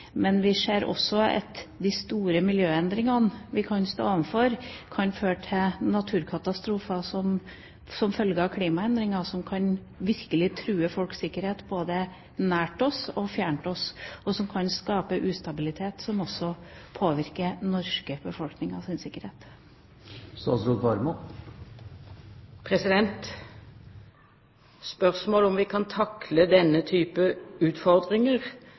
de store miljøendringene – klimaendringene – vi kan stå overfor, kan føre til naturkatastrofer som virkelig kan true sikkerheten til folk både nært og fjernt, som kan skape ustabilitet, og som også kan påvirke den norske befolkningens sikkerhet. Spørsmålet om vi kan takle denne type utfordringer,